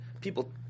people